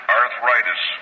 arthritis